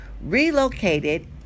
relocated